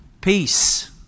peace